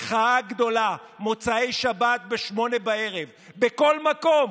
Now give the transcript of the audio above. מחאה גדולה, מוצאי שבת ב-20:00, בכל מקום.